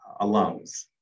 alums